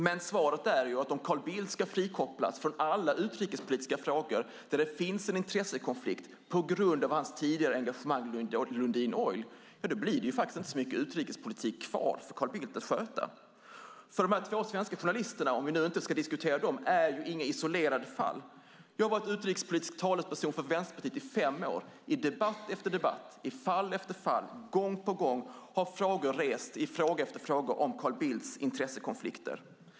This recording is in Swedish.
Men svaret är att om Carl Bildt ska frikopplas från alla utrikespolitiska frågor där det finns en intressekonflikt på grund av hans tidigare engagemang i Lundin Oil blir det faktiskt inte så mycket utrikespolitik kvar för Carl Bildt att sköta. De två svenska journalisterna är inga isolerade fall. Jag har varit utrikespolitisk talesperson för Vänsterpartiet i fem år. I debatt efter debatt, i fall efter fall, gång på gång har frågor rests i fråga efter fråga om Carl Bildts intressekonflikter.